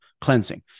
cleansing